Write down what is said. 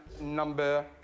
number